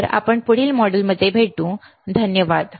तर आपण पुढील मॉड्यूल मध्ये भेटू धन्यवाद